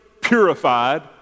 purified